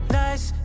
nice